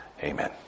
Amen